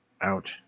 Out